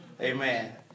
Amen